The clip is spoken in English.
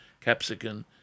Capsicum